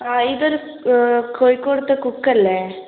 ഇതൊരു കോയിക്കോടത്തെ കുക്കല്ലെ